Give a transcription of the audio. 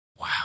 wow